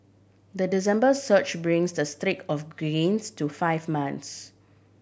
the December surge brings the streak of gains to five months